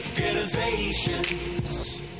organizations